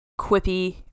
quippy